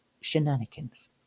shenanigans